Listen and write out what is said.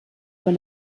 von